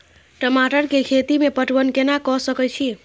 टमाटर कै खैती में पटवन कैना क सके छी?